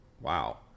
Wow